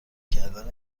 کردن